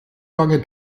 lange